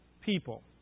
people